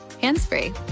hands-free